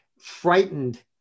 frightened